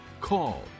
Call